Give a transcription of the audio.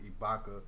Ibaka